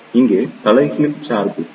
இங்கே தலைகீழ் சார்பு பி